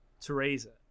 Teresa